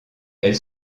elles